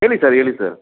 ಹೇಳಿ ಸರ್ ಹೇಳಿ ಸರ್